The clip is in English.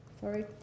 sorry